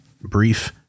brief